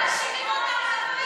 מאשימים אותנו בדברים שלא עשינו.